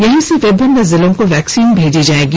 यहीं से विभिन्न जिलों को वैक्सीन भेजी जाएगी